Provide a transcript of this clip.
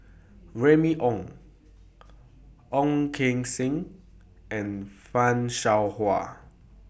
Remy Ong Ong Keng Sen and fan Shao Hua